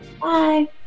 Bye